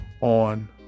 on